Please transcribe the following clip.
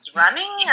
running